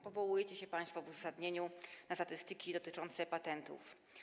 Powołujecie się państwo w uzasadnieniu na statystyki dotyczące patentów.